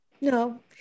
no